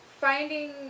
finding